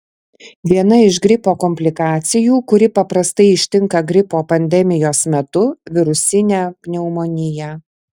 viena iš gripo komplikacijų kuri paprastai ištinka gripo pandemijos metu virusinė pneumonija